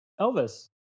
Elvis